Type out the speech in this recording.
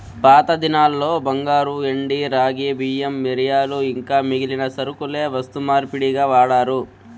పాతదినాల్ల బంగారు, ఎండి, రాగి, బియ్యం, మిరియాలు ఇంకా మిగిలిన సరకులే వస్తు మార్పిడిగా వాడారు